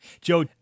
Joe